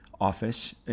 office